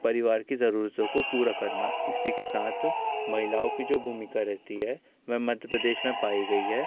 परिवार की ज़रूरतों को पूरा करना इसी के साथ महिलाओं की जो भूमिका रहेती है वह मध्य प्रदेश में पाई गई है